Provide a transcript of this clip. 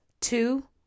two